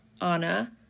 Anna